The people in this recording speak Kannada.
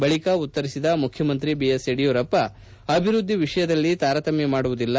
ಬಳಿಕ ಉತ್ತರಿಸಿದ ಮುಖ್ಯಮಂತ್ರಿ ಯಡಿಯೂರಪ್ಪ ಅಭಿವೃದ್ಧಿ ವಿಷಯದಲ್ಲಿ ತಾರತಮ್ಮ ಮಾಡುವುದಿಲ್ಲ